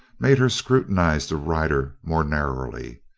made her scrutinize the rider more narrowly.